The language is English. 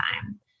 time